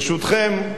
ברשותכם,